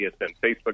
Facebook